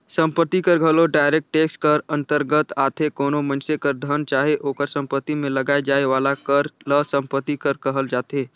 संपत्ति कर घलो डायरेक्ट टेक्स कर अंतरगत आथे कोनो मइनसे कर धन चाहे ओकर सम्पति में लगाए जाए वाला कर ल सम्पति कर कहल जाथे